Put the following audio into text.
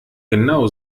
genau